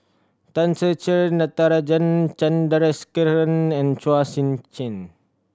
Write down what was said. Tan Ser Cher Natarajan Chandrasekaran and Chua Sian Chin